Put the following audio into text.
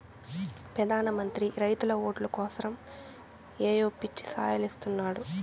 పెదాన మంత్రి రైతుల ఓట్లు కోసరమ్ ఏయో పిచ్చి సాయలిస్తున్నాడు